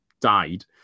died